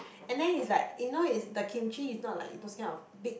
and then is like you know is the Kimchi is not like those kind of big